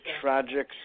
tragic